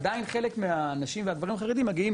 עדיין חלק מהנשים והגברים החרדים מגיעים